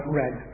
red